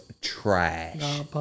trash